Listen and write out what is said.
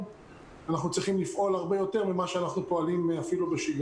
אנחנו צריכים לפעול הרבה יותר ממה שאנחנו פועלים בשגרה.